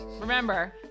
Remember